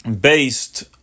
based